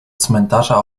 cmentarza